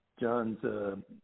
John's